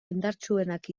indartsuenak